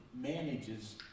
manages